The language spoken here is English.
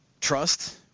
Trust